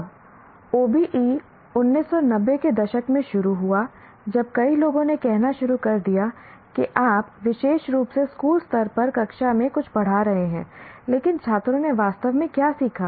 अब OBE1990 के दशक में शुरू हुआ जब कई लोगों ने कहना शुरू कर दिया कि आप विशेष रूप से स्कूल स्तर पर कक्षा में कुछ पढ़ा रहे हैं लेकिन छात्रों ने वास्तव में क्या सीखा